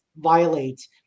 violate